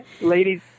Ladies